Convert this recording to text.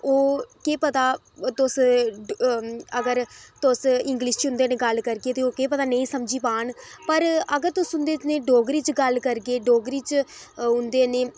ओह् केह् पता अगर तुस इंग्लिश च उं'दे ने गल्ल करगे ते ओह् केह् पता नेईं समझी पान पर अगर तुस उं'दे ने डोगरी च गल्ल करगे डोगरी च उं'दे ने